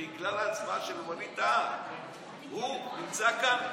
בגלל ההצבעה של ווליד טאהא הוא נמצא כאן